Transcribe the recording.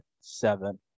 seven